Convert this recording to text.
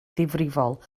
ddifrifol